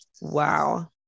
Wow